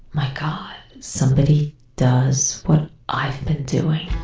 my god, somebody does what i've been doing.